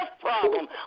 problem